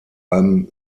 allem